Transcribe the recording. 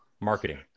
marketing